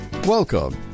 Welcome